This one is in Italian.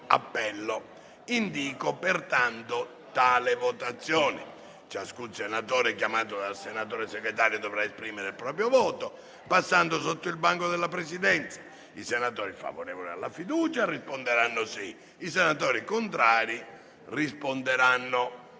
votazione nominale con appello. Ciascun senatore chiamato dal senatore Segretario dovrà esprimere il proprio voto passando innanzi al banco della Presidenza. I senatori favorevoli alla fiducia risponderanno sì; i senatori contrari risponderanno no;